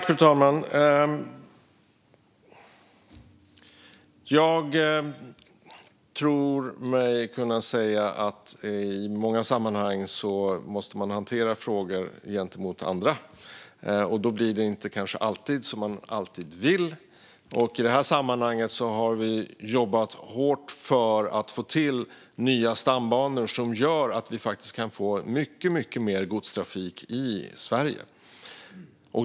Fru talman! I många sammanhang måste man hantera frågor gentemot andra, och då blir det kanske inte alltid som man vill. I det här sammanhanget har vi jobbat hårt för att få till nya stambanor som gör att vi kan få mycket mer godstrafik i Sverige.